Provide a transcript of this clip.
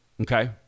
Okay